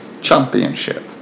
Championship